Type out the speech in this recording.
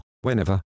whenever